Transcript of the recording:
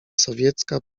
sowiecka